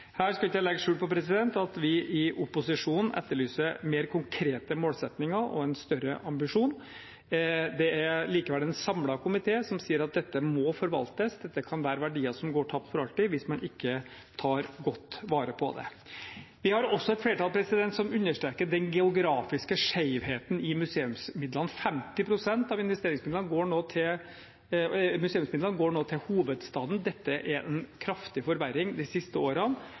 Her skal jeg ikke legge skjul på at vi i opposisjonen etterlyser mer konkrete målsettinger og en større ambisjon. Det er likevel en samlet komité som sier at dette må forvaltes, dette kan være verdier som går tapt for alltid hvis man ikke tar godt vare på det. Vi har også et flertall som understreker den geografiske skjevheten i museumsmidlene. 50 pst. av museumsmidlene går nå til hovedstaden. Det er en kraftig forverring de siste årene,